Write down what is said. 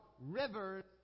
Rivers